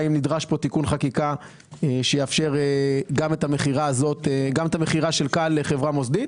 אם נדרש כאן תיקון חקיקה שיאפשר גם את המכירה של כאל לחברה מוסדית.